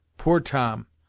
poor tom!